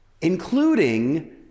including